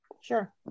Sure